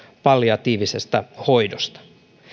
palliatiivisesta hoidosta